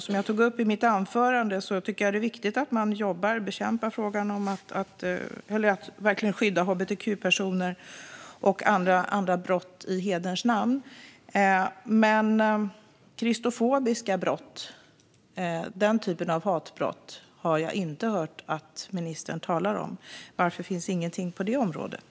Som jag tog upp i mitt anförande är det viktigt att bekämpa brott mot hbtq-personer och brott i hederns namn. Men jag har inte hört ministern tala om kristofobiska hatbrott. Varför finns inget på det området?